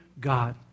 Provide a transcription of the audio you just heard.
God